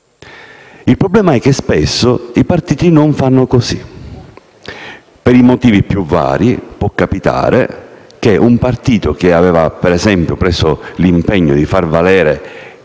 Il problema è che spesso i partiti non fanno così. Per i motivi più vari, può capitare che un partito che, ad esempio, aveva preso l'impegno di far valere